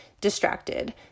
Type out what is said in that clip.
distracted